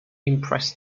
impressed